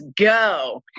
go